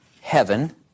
heaven